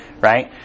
right